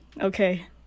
okay